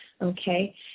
Okay